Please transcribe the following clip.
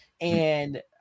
and-